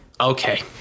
Okay